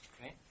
Okay